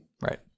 Right